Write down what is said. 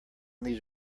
these